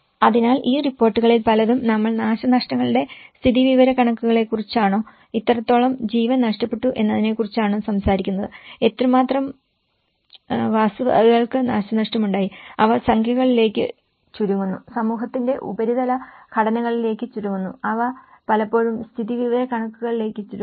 അതിനാൽ ഈ റിപ്പോർട്ടുകളിൽ പലതും നമ്മൾ നാശനഷ്ടങ്ങളുടെ സ്ഥിതിവിവരക്കണക്കുകളെക്കുറിച്ചാണോ എത്രത്തോളം ജീവൻ നഷ്ടപ്പെട്ടു എന്നതിനെക്കുറിച്ചാണോ സംസാരിക്കുന്നത് എത്രമാത്രം വസ്തുവകകൾക്ക് നാശനഷ്ടമുണ്ടായി അവ സംഖ്യകളിലേക്ക് ചുരുങ്ങുന്നു സമൂഹത്തിന്റെ ഉപരിതല ഘടനകളിലേക്ക് ചുരുങ്ങുന്നു അവ പലപ്പോഴും സ്ഥിതിവിവരക്കണക്കുകളിലേക്ക് ചുരുങ്ങുന്നു